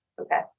Okay